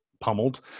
pummeled